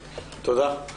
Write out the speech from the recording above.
תודה.